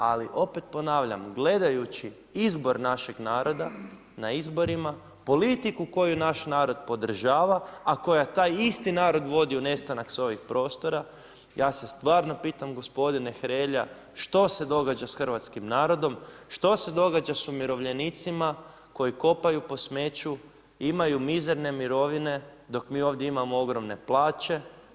Ali opet ponavljam gledajući izbor našeg naroda, na izborima politiku koju naš narod podržava, a koja taj isti narod vodi u nestanak sa ovih prostora, ja se stvarno pitam gospodine Hrelja što se događa sa hrvatskim narodom, što se događa sa umirovljenicima koji kopaju po smeću, imaju mizerne mirovine, dok mi ovdje imamo ogromne plaće.